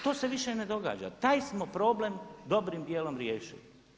To se više ne događa, taj smo problem dobrim djelom riješili.